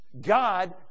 God